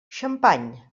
xampany